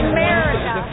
America